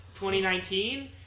2019